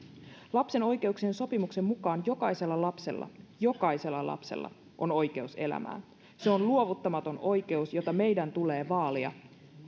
lapsen oikeuksien sopimuksen mukaan jokaisella lapsella jokaisella lapsella on oikeus elämään se on luovuttamaton oikeus jota meidän tulee vaalia